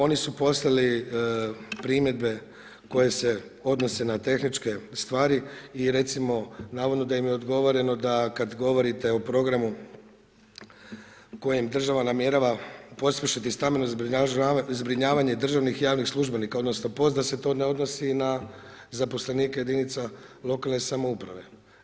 Oni su poslali primjedbe koje se odnose na tehničke stvari i recimo navodno da im je odgovoreno da kada govorite o programu kojim država namjerava pospješiti stambeno zbrinjavanje državnih i javnih službenika, odnosno, POS da se to ne odnosi na zaposlenike jedinica lokalne samouprave.